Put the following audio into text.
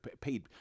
paid